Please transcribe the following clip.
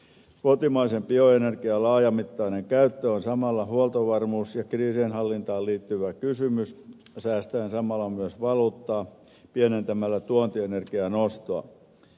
kotimaisen bioenergian laajamittainen käyttö on samalla huoltovarmuuteen ja kriisienhallintaan liittyvä kysymys säästäen samalla myös valuuttaa pienentämällä tuontienergian ostoa